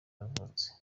yavutse